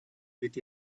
with